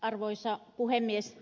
arvoisa puhemies